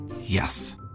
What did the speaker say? Yes